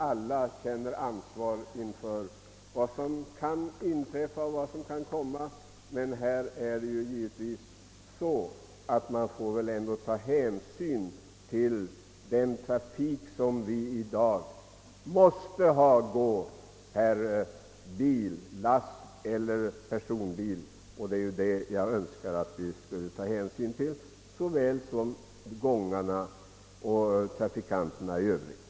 Alla känner vi nog ansvar inför vad som kan inträffa, men vi får ändå ta hänsyn till dagens trafik med såväl lastbil som personbil, liksom också till fotgängarna och trafikanterna i övrigt.